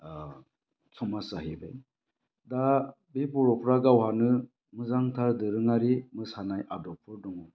ओ समाज जाहैबाय दा बे बर'फ्रा गावहानो मोजांथार दोरोङारि मोसानाय आदबफोर दङ